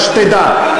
רק שתדע,